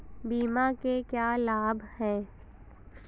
बीमा के क्या लाभ हैं?